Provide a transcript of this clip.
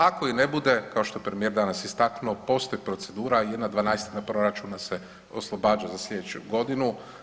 Ako i ne bude, kao što je i premijer danas istaknuo, postoji procedura 1/12 proračuna se oslobađa za slijedeću godinu.